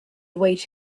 await